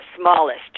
smallest